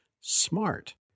smart